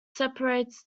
separates